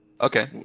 Okay